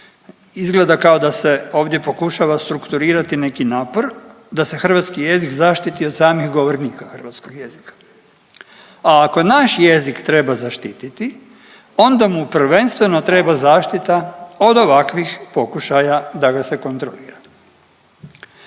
izgleda kao da se ovdje pokušava strukturirati neki napor da se hrvatski jezik zaštiti od samih govornika hrvatskog jezika. A ako naš jezik treba zaštititi onda mu prvenstveno treba zaštita od ovakvih pokušaja da ga se kontrolira.